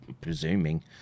presuming